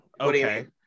Okay